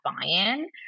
buy-in